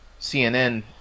CNN